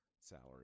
salary